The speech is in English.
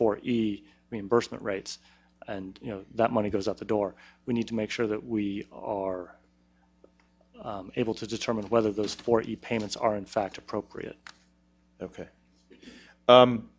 for the reimbursement rates and you know that money goes out the door we need to make sure that we are able to determine whether those forty payments are in fact appropriate ok